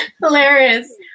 hilarious